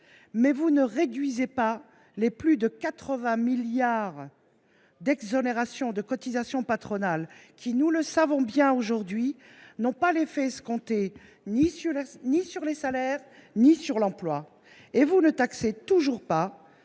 mais vous ne réduisez pas les plus de 80 milliards d’exonérations de cotisations patronales, qui, nous le savons bien aujourd’hui, n’ont pas l’effet escompté ni sur les salaires ni sur l’emploi. De même, vous ne taxez toujours pas